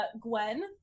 Gwen